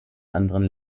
anderen